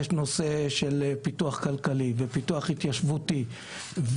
פיתוח כלכלי, פיתוח התיישבותי.